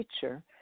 teacher